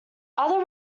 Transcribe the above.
other